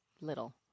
little